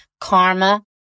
karma